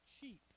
cheap